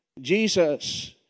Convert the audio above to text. Jesus